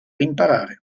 imparare